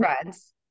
friends